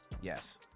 yes